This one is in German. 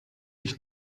ich